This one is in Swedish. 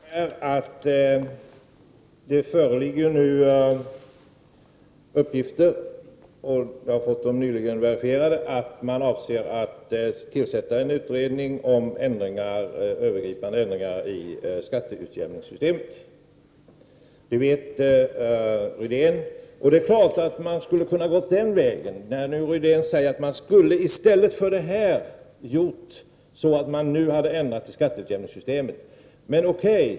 Herr talman! Till Rune Rydén: Det föreligger nu uppgifter — vi har nyligen fått dem verifierade — att man avser att tillsätta en utredning om övergripande ändringar i skatteutjämningssystemet. Det vet Rune Rydén. Det är klart att man skulle ha kunnat gå den väg som Rune Rydén talar om. Han säger att man i stället skulle ha ändrat i skatteutjämningssystemet.